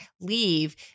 leave